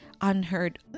Unheard